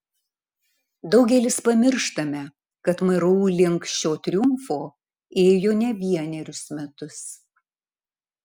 daugelis pamirštame kad mru link šio triumfo ėjo ne vienerius metus